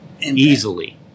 easily